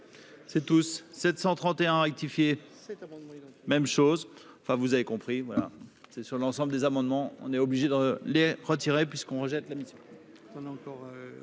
C'est tous 731 rectifié, même chose, enfin vous avez compris, voilà, c'est sur l'ensemble des amendements, on est obligé de les retirer puisqu'on rejette la.